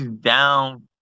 down